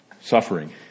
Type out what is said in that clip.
suffering